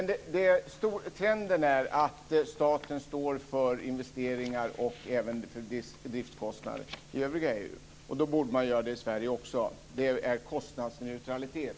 Trenden är att staten står för investeringar och även för driftskostnader i övriga EU. Då borde den göra det också i Sverige. Det är kostnadsneutralitet,